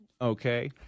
Okay